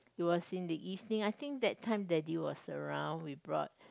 it was in the evening I think that time daddy was around we brought